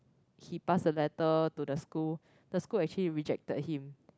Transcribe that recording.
he pass the letter to the school the school actually rejected him